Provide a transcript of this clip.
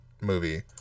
movie